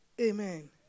Amen